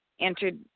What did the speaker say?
entered